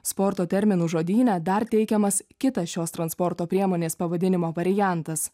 sporto terminų žodyne dar teikiamas kitas šios transporto priemonės pavadinimo variantas